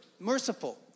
Merciful